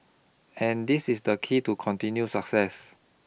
and this is the key to continued success